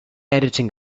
editing